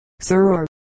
sir